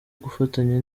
gufatanya